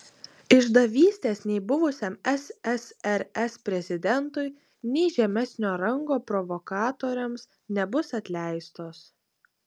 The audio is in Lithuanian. išdavystės nei buvusiam ssrs prezidentui nei žemesnio rango provokatoriams nebus atleistos